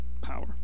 power